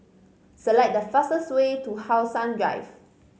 select the fastest way to How Sun Drive